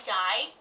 die